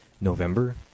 November